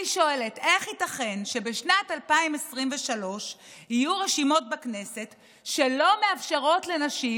אני שואלת: איך ייתכן שבשנת 2023 יהיו רשימות בכנסת שלא מאפשרות לנשים